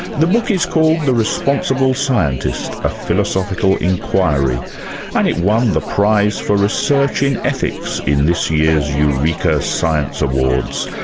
the book is called the responsible scientist a philosophical inquiry and it won the prize for research in ethics in this year's eureka science awards.